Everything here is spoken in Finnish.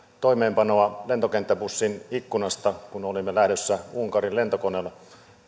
toimeenpanoa lentokenttäbussin ikkunasta kun olimme lähdössä unkariin lentokoneella